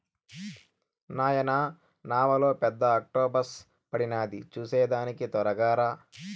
నాయనా నావలో పెద్ద ఆక్టోపస్ పడినాది చూసేదానికి తొరగా రా